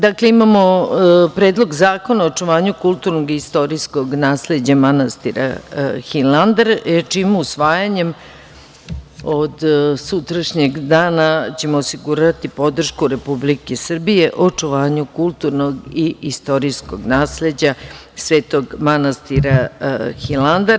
Dakle, imamo Predlog zakona o očuvanju kulturnog i istorijskog nasleđa manastira Hilandar čijim usvajanjem od sutrašnjeg dana ćemo osigurati podršku Republike Srbije o očuvanju kulturnog i istorijskog nasleđa Svetog manastira Hilandar.